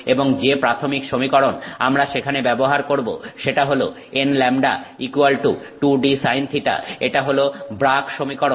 এবং যে প্রাথমিক সমীকরণ আমরা সেখানে ব্যবহার করবো সেটা হলো nλ2dsinθ এটা হল ব্রাগ সমীকরণ